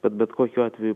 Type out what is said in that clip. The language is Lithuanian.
bet bet kokiu atveju